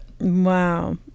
Wow